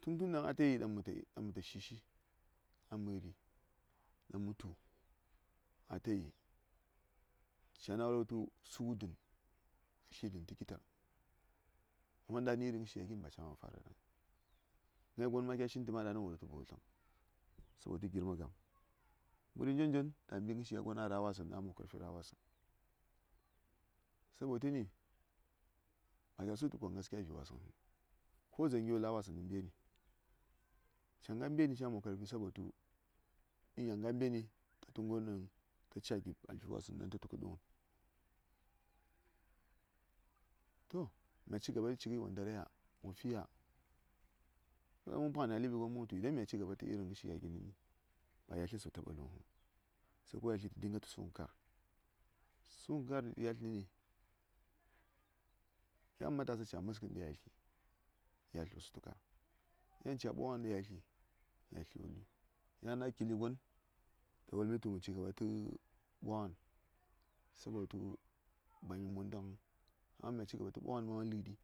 tun tun ɗaŋ atayi ɗaŋ mə ta shi shi a məri ɗaŋ mə tu daŋ atayi ca na wul ngə tu su ngə dən ka tli dən tə kitar wai ta ni a ca iri gya gi ba ca man fara ɗaŋ ŋəŋye? nga gon kya shin tə ɗaŋni wo wul ngə tu ba wo tləŋ sabotu girma gam məri njon njon ta mbi ngə shi gon ɗaŋ a mob karfirah wasəŋ sabo tə ni? ba ca su tə kon gaskiya a vi wasə ŋəŋ ko dzaŋ gyo lawasəŋ nə mbeni ca nga mbeni ca mob karfi sabo tu in ca nga mbeni ta ngən ɗaŋ ta ca a dli wasəŋ ɗaŋ ta tu kə ndu ngən ,to mya cigaɓa tə cingəi wo ndarai ya? wo fi ya? mya paŋni a ləɓi ɗaŋ mə cigaɓa tə fi ngən cɨk ya tles wo lu ya? se de ya tli tə dinga tə su ngən kar su ngənkar yalt nə ni? yan matasa ca məəskən ɗa ya tli yatl wo su tu kar yan ca ɓwa ngən ɗa yatli yatl wo lui myan a kili gon tə ta wu mi tu mə cigaɓa tə ɓwa ngən sabotu ba mi maon daŋ don mya cigaɓa tə ɓwa ngən ma ləɗi.